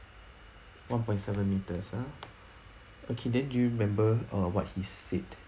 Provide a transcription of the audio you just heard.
one point seven meters ah okay then do you remember uh what he said